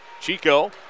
Chico